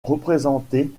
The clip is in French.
représentés